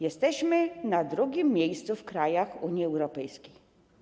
Jesteśmy na drugim miejscu w krajach Unii Europejskiej.